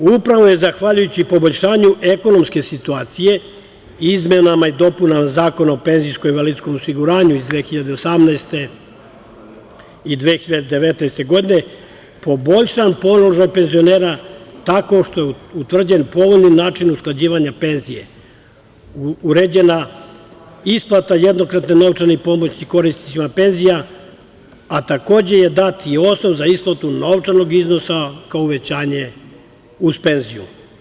Upravo je zahvaljujući poboljšanju ekonomske situacije, izmenama i dopunama Zakona o PIO iz 2018. godine i 2019. godine, poboljšan položaj penzionera, tako što je utvrđen povoljan način usklađivanja penzija, uređena isplata jednokratne novčane pomoći korisnicima penzija, a takođe je dat i osnov za isplatu novčanog iznosa kao uvećanje uz penziju.